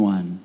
One